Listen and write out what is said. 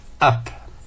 Up